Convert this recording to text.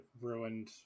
ruined